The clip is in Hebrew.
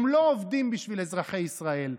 הם לא עובדים בשביל אזרחי ישראל.